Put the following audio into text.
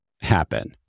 happen